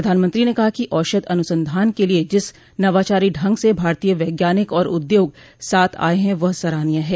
प्रधानमंत्री ने कहा कि औषध अनुसंधान के लिए जिस नवाचारी ढंग से भारतीय वैज्ञानिक और उद्योग साथ आये हैं वह सराहनीय है